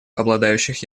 обладающих